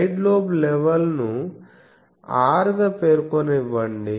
side lobe level ను R గా పేర్కొననివ్వండి